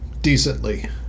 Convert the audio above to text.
decently